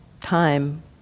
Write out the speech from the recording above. time